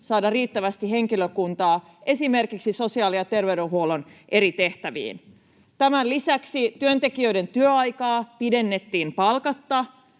saada riittävästi henkilökuntaa esimerkiksi sosiaali- ja terveydenhuollon eri tehtäviin. Tämän lisäksi työntekijöiden työaikaa pidennettiin palkatta,